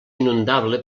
inundable